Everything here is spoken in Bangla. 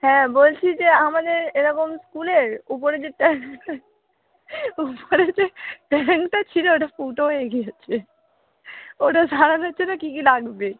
হ্যাঁ বলছি যে আমাদের এরকম স্কুলের উপরে যে ট্যাংক উপরে যে ট্যাংকটা ছিল ওটা ফুটো হয়ে গিয়েছে ওটা সারানোর জন্য কী কী লাগবে